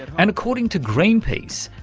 and according to greenpeace,